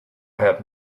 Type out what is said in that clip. have